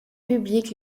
public